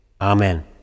amen